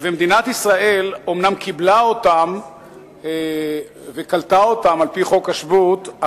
ומדינת ישראל אומנם קיבלה אותם וקלטה אותם על-פי חוק השבות,